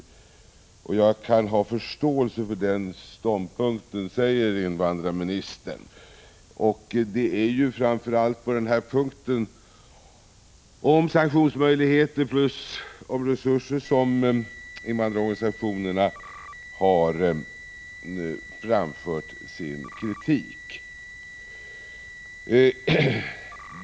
Jag kan ha förståelse för den ståndpunkten.” Det är framför allt på den här punkten, angående sanktionsmöjligheter och resurser, som invandrarorganisationerna har framfört kritik.